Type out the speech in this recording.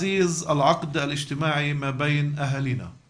פתרונות אמיתיים מיושמים בשטח שיחלחלו למטה ויביאו תוצאות.